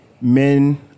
men